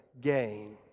gain